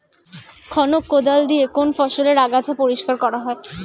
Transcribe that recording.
খনক কোদাল দিয়ে কোন ফসলের আগাছা পরিষ্কার করা হয়?